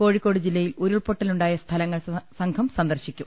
കോഴിക്കോട് ജില്ല യിൽ ഉരുൾപൊട്ടലുണ്ടായ സ്ഥലങ്ങൾ സംഘം സന്ദർശി ക്കും